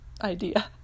idea